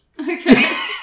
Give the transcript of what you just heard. Okay